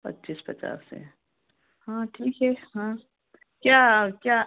पच्चीस पचास से है हाँ ठीक है हाँ क्या क्या